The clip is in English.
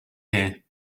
here